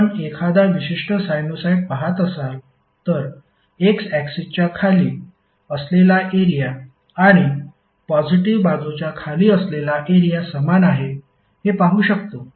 आपण एखादा विशिष्ट साइनुसॉईड पाहत असाल तर एक्स ऍक्सिसच्या खाली असलेला एरिया आणि पॉजिटीव्ह बाजूच्या खाली असलेला एरिया समान आहे हे पाहू शकतो